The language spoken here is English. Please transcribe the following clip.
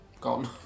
Gone